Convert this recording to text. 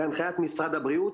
בהנחיית משרד הבריאות,